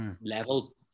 level